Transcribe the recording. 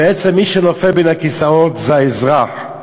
בעצם, מי שנופל בין הכיסאות זה האזרח.